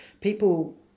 people